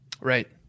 right